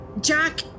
Jack